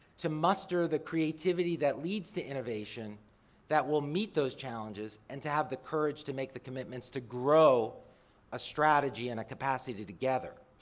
to muster the creativity that leads to innovation that will meet those challenges and to have the courage to make the commitments to grow a strategy and a capacity to together,